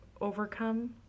overcome